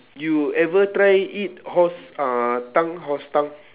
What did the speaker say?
you ever try eat horse uh tongue horse tongue